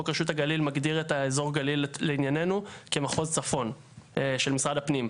חוק רשות הגליל מגדיר את אזור הגליל לענייננו כמחוז צפון של משרד הפנים.